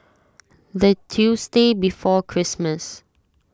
the tuesday before Christmas